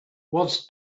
was